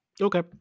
Okay